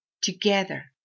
together